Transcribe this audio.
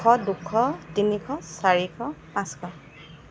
এশ দুশ তিনিশ চাৰিশ পাঁচশ